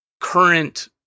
current